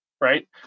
right